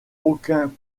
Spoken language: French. aucun